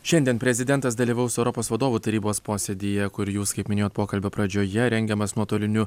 šiandien prezidentas dalyvaus europos vadovų tarybos posėdyje kur jūs kaip minėjot pokalbio pradžioje rengiamas nuotoliniu